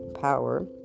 power